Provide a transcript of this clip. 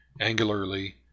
angularly